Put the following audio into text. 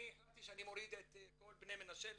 אני החלטתי שאני מוריד את כל בני מנשה לשם,